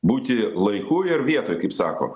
būti laiku ir vietoj kaip sako